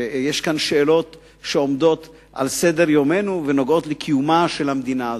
כשיש שאלות שעומדות על סדר-יומנו ונוגעות לקיומה של המדינה הזאת.